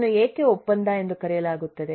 ಇದನ್ನು ಏಕೆ ಒಪ್ಪಂದ ಎಂದು ಕರೆಯಲಾಗುತ್ತದೆ